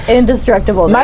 indestructible